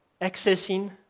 accessing